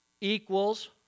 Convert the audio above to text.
equals